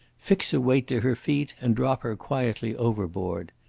fix a weight to her feet, and drop her quietly overboard.